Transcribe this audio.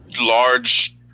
large